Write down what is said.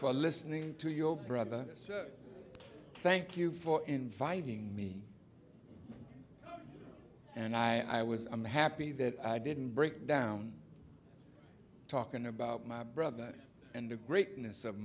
for listening to your brother thank you for inviting me and i i was i'm happy that i didn't break down talking about my brother and the greatness of